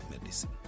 medicine